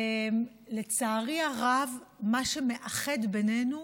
לצערי הרב, מה שמאחד בינינו